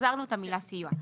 החזרנו את המילה 'סיוע'.